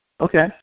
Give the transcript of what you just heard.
Okay